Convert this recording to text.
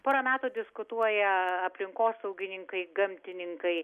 pora metų diskutuoja aplinkosaugininkai gamtininkai